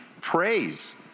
praise